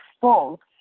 full